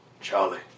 Charlie